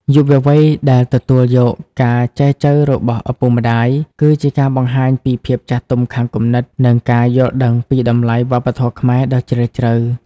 យុវវ័យដែលទទួលយកការចែចូវរបស់ឪពុកម្ដាយ គឺជាការបង្ហាញពី "ភាពចាស់ទុំខាងគំនិត" និងការយល់ដឹងពីតម្លៃវប្បធម៌ខ្មែរដ៏ជ្រាលជ្រៅ។